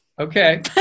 Okay